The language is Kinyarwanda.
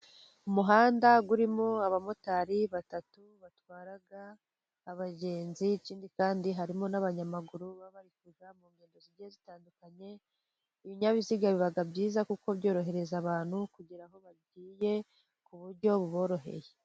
Umuhanda urimo abamotari batatu batwara abagenzi, ikindi kandi harimo n'abanyamaguru baba bari kujya mu ngendo zigiye zitandukanye, ibinyabiziga biba byiza, kuko byorohereza abantu kugera aho bagiye ku buryo buboroheye.